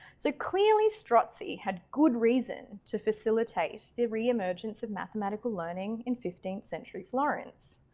so clearly strozzi had good reason to facilitate the re-emergence of mathematical learning in fifteenth century florence.